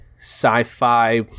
sci-fi